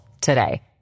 today